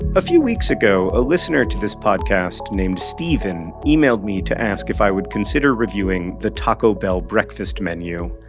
a few weeks ago, a listener to this podcast named steven emailed me to ask if i would consider reviewing the taco bell breakfast menu.